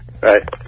Right